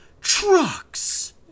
trucks